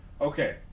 Okay